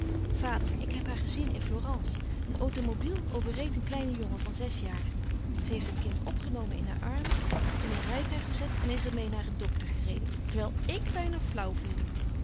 vader ik heb haar gezien in florence een automobile overreed een kleinen jongen van zes jaar ze heeft het kind opgenomen in haar armen het in een rijtuig gezet en is er meê naar een dokter gereden terwijl ik bijna flauw viel